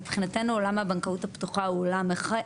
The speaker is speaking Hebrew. מבחינתנו עולם הבנקאות הפתוחה הוא עולם אחד,